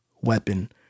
weapon